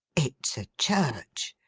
it's a church!